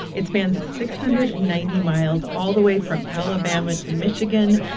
it spans six hundred and ninety miles all the way from alabama to michigan,